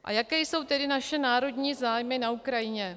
A jaké jsou tedy naše národní zájmy na Ukrajině.